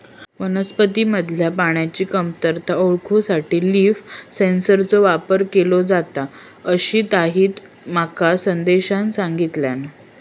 वनस्पतींमधल्या पाण्याची कमतरता ओळखूसाठी लीफ सेन्सरचो वापर केलो जाता, अशीताहिती माका संदेशान सांगल्यान